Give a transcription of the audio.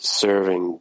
serving